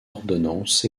ordonnances